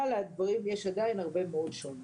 אבל עדיין יש הרבה מאוד שוני.